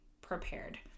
prepared